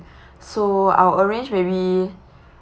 so I will arrange maybe